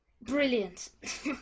Brilliant